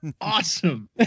awesome